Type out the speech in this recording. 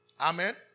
Amen